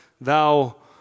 thou